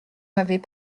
m’avait